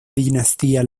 dinastía